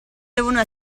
devono